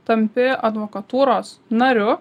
tampi advokatūros nariu